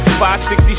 560